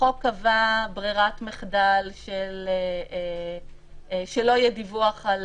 החוק קבע ברירת מחדל שלא יהיה דיווח על